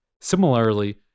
Similarly